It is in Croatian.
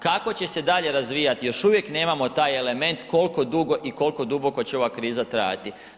Kako će se dalje razvijati još uvijek nemamo taj element kolko dugo i kolko duboko će ova kriza trajati.